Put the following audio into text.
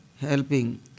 helping